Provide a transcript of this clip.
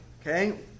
okay